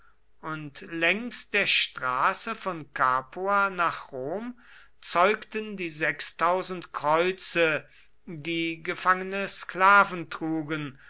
und längs der straße von capua nach rom zeugten die sechstausend kreuze die gefangene sklaven trugen